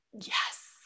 Yes